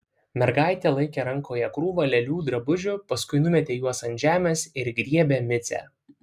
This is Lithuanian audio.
mergaitė laikė rankoje krūvą lėlių drabužių paskui numetė juos ant žemės ir griebė micę